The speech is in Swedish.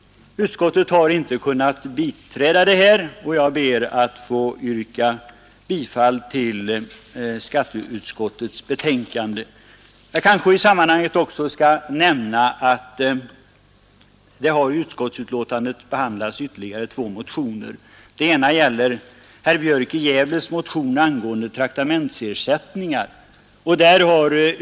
Utskottet har inte kunnat biträda dessa förslag, och jag ber att få yrka bifall till utskottets hemställan. Jag kanske i sammanhanget också skall nämna att det i utskottsbetänkandet behandlas ytterligare två motioner. Den ena är motionen av herr Björk i Gävle m.fl. angående traktamentsersättning.